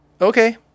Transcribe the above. Okay